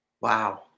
Wow